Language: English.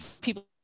people